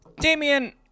Damien